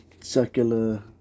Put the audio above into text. circular